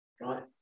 Right